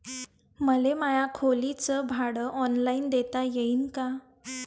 मले माया खोलीच भाड ऑनलाईन देता येईन का?